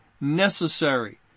necessary